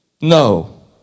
No